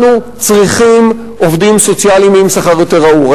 אנחנו צריכים עובדים סוציאליים עם שכר יותר ראוי,